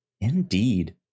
indeed